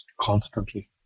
constantly